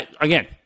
again